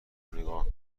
نگاه